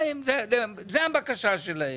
זה הבקשה שלהם,